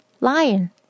lion